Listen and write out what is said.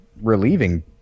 relieving